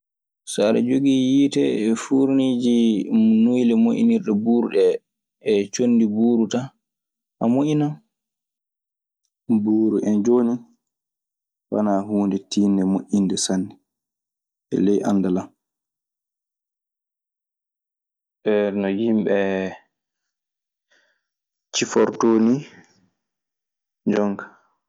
So aɗe jogii yiite e fuurneeji muuyɗe moƴƴinirde buuru ɗee e conndi buuru tan? A moƴƴinan. Mbuuru en jooni walaa huunde tiiɗnde moƴƴinde sanne e ley anndal an. E no yimɓee cifortoo nii jonka.